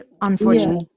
unfortunately